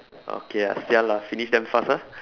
okay lah sia lah finish damn fast ah